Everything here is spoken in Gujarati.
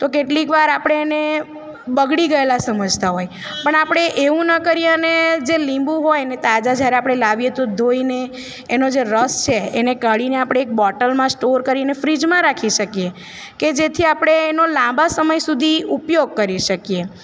તો કેટલીક વાર આપણે એને બગડી ગએલા સમજતા હોય પણ આપળે એવું ન કરીએ અને જે લીંબુ હોયને તાજા જ્યારે આપણે લાવીએ તો ધોઈને એનો જે રસ છે એને કાઢીને આપણે એક બોટલમાં સ્ટોર કરીને ફ્રીઝમાં રાખી શકીએ કે જેથી આપણે એનો લાંબા સમય સુધી ઉપયોગ કરી શકીએ